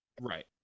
right